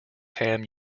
ham